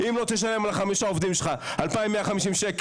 אם לא תשלם על חמישה עובדים שלך 2,150 שקל